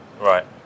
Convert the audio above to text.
Right